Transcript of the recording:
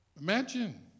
Imagine